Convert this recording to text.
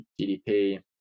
GDP